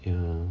ya